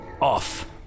off